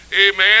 amen